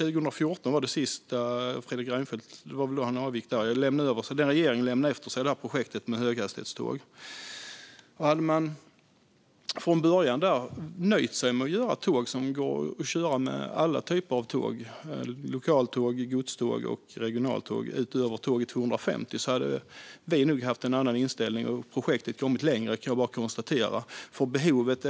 År 2014 lämnade Fredrik Reinfeldt statsministerposten. Den regeringen lämnade efter sig projektet med höghastighetståg. Hade man från början nöjt sig med tåg som går att köra som alla typer av tåg - lokaltåg, godståg och regionaltåg - utöver tåg som går i 250 kilometer i timmen hade vi nog haft en annan inställning och projektet kommit längre, för